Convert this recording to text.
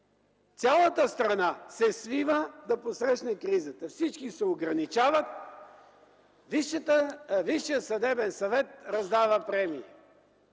Цялата страна се свива да посрещне кризата. Всички се ограничават, Висшият съдебен съвет раздава премии.